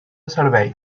servei